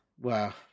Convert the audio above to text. Wow